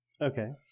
Okay